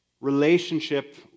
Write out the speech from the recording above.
relationship